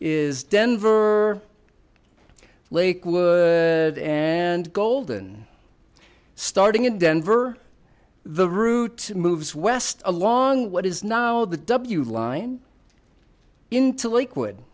is denver lakewood and golden starting in denver the route moves west along what is now the w line into lakewood